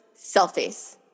Selfies